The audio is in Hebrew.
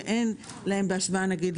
שאין להם בהשוואה נגיד